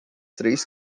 três